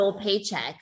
Paycheck